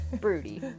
broody